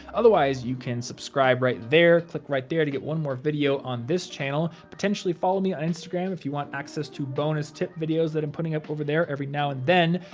otherwise, you can subscribe right there, click right there to get one more video on this channel, potentially follow me on instagram if you want access to bonus tip videos that i'm putting up over there every now and then,